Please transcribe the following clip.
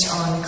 on